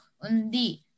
Undi